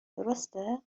درسته